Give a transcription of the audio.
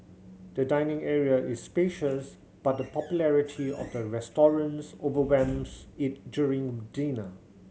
the dining area is spacious but the popularity of the overwhelms it during dinner